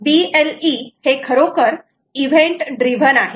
BLE हे खरोखर event driven आहे